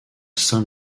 saint